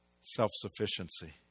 Self-sufficiency